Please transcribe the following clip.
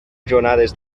jornades